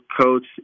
coach